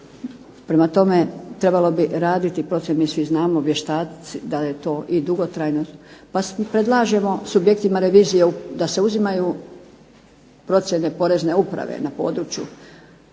Prema tome, trebalo bi raditi procjenu, mi svi znamo, vještaci, da je to i dugotrajno pa predlažemo subjektima revizije da se uzimaju procjene porezne uprave na području